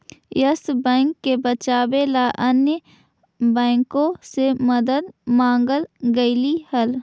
yes Bank के बचावे ला अन्य बाँकों से मदद मांगल गईल हल